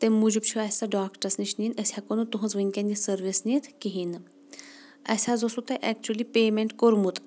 تمہِ موٗجوٗب چھ اسہِ سۄ ڈاکٹرس نِش ننۍ أسۍ ہٮ۪کو نہٕ تُہٕنٛز ؤنکیٚن یہِ سٔروس نِتھ کہیٖنۍ نہٕ اسہِ حظ اوسوٕ تۄہہِ اٮ۪کچولی پے مینٹ کوٚرمُت